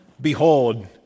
Behold